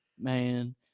man